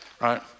Right